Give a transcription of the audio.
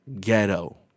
ghetto